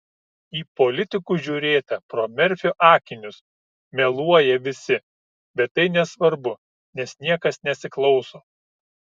į politikus žiūrėta pro merfio akinius meluoja visi bet tai nesvarbu nes niekas nesiklauso